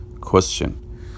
Question